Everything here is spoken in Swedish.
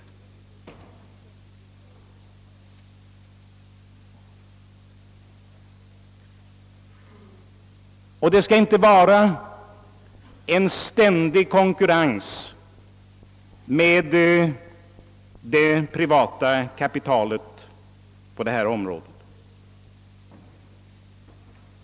Det skall inte vara en ständig konkurrens med det privata kapitalet på detta område.